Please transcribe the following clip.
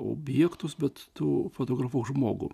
objektus bet tu fotografuok žmogų